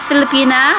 Filipina